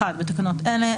1. בתקנות אלה,